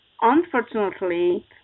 unfortunately